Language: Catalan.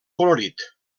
colorit